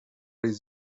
les